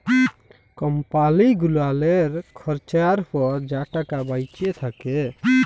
কম্পালি গুলালের খরচার পর যা টাকা বাঁইচে থ্যাকে